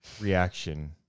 reaction